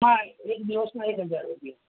હા એક દિવસના એક હજાર રૂપિયા